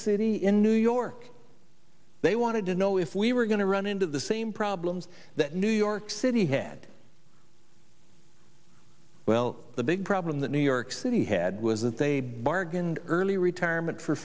city in new york they wanted to know if we were going to run into the same problems that new york city had well the big problem that new york city had was that they bargained early retirement for